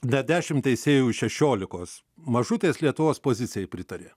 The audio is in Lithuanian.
dar dešim teisėjų iš šešiolikos mažutės lietuvos pozicijai pritarė